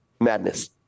madness